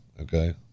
okay